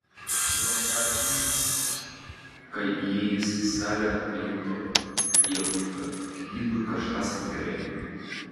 gal tą akimirką kai įėjęs į salę pajuto jog gvidui kažkas negerai